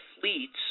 fleets